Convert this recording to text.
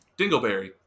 Dingleberry